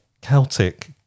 Celtic